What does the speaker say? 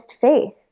faith